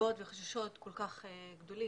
בדאגות וחששות כל כך גדולים.